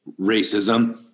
racism